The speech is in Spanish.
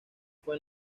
fue